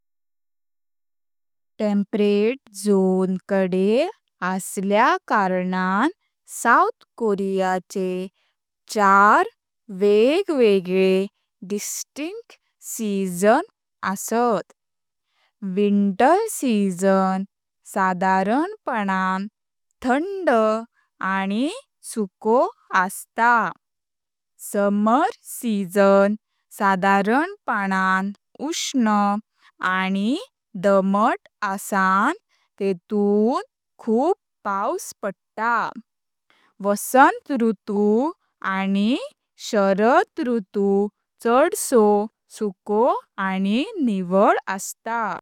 Temperate zone कडे असल्या कारणांन साउथ कोरिया चे चार वेगवेगले डिस्टिंक्ट सीजन अस्तात। विंटर सीजन साधारपणान थंड आनी सुखो असता। समर सीजन साधारपणान उष्ण आनी दमात आसान तेतुं खूप पावस पडटा। वसंत ऋतु आनी शरद ऋतु चडसो सुखो आनी निवळ असता।